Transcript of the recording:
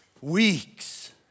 weeks